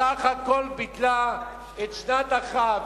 בסך הכול ביטלה את שנת ההכרעה.